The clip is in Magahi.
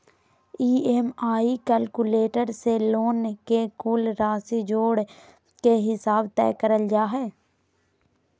ई.एम.आई कैलकुलेटर से लोन के कुल राशि जोड़ के हिसाब तय करल जा हय